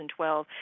2012